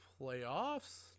playoffs